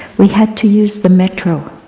we had to use the metro,